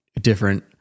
different